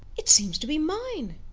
it seems to be mine.